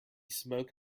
smoke